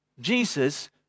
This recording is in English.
Jesus